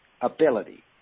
ability